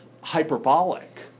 hyperbolic